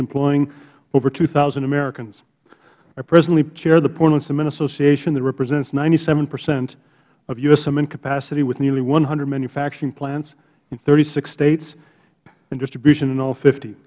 employing over two thousand americans i presently chair the portland cement association that represents ninety seven percent of u s cement capacity with nearly one hundred manufacturing plants in thirty six states and distribution in all fifty